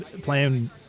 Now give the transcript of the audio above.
playing